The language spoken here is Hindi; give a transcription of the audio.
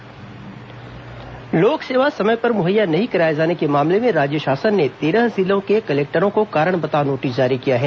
कलेक्टर नोटिस लोक सेवा समय पर मुहैया नहीं कराए जाने के मामले में राज्य शासन ने तेरह जिलों के कलेक्टरों को कारण बताओ नोटिस जारी किया है